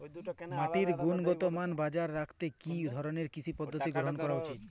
মাটির গুনগতমান বজায় রাখতে কি ধরনের কৃষি পদ্ধতি গ্রহন করা উচিৎ?